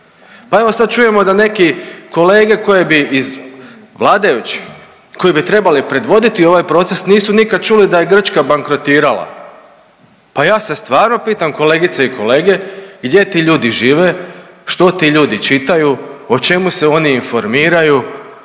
Pa evo sad čujemo da neki kolege koji bi iz vladajućih, koji bi trebali predvoditi ovaj proces nisu nikad čuli da je Grčka bankrotirala. Pa ja se stvarno pitam kolegice i kolege gdje ti ljudi žive, što ti ljudi čitaju, o čemu se oni informiraju,